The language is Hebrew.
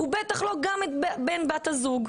ובטח גם לא את בן או בת הזוג.